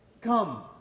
come